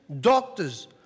doctors